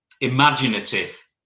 imaginative